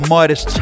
Midas